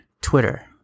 Twitter